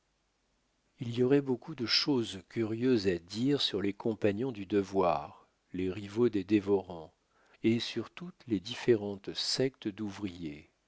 il y aurait beaucoup de choses curieuses à dire sur les compagnons du devoir les rivaux des dévorants et sur toutes les différentes sectes d'ouvriers